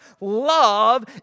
love